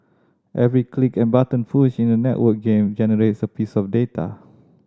every click and button push in a networked game generates a piece of data